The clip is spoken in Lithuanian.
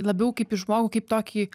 labiau kaip į žmogų kaip tokį